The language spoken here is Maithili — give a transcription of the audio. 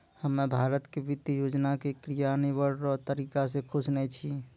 हम्मे भारत के वित्त योजना के क्रियान्वयन रो तरीका से खुश नै छी